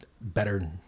better